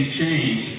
change